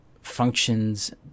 functions